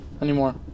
anymore